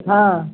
हँ